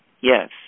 Yes